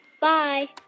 Bye